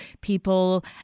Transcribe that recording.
people